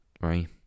right